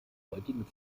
heutigen